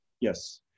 Yes